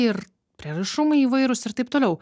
ir prieraišumai įvairūs ir taip toliau